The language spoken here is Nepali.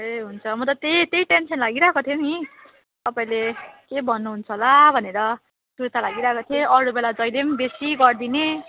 ए हुन्छ म त त्यही त्यही टेन्सन लागिरहेको थियो नि तपाईँले के भन्नु हुन्छ होला भनेर सुर्ता लागिरहेको थियो अरू बेला जहिले बेसी गरिदिने